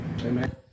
amen